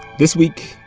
this week,